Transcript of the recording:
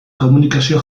komunikazio